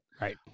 Right